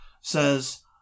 says